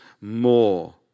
more